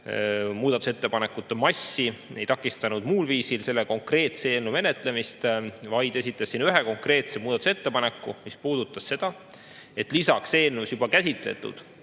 muudatusettepanekute massi ega takistanud muul viisil selle konkreetse eelnõu menetlemist, vaid esitas ühe konkreetse muudatusettepaneku, mis puudutas seda, et lisaks eelnõus juba käsitletud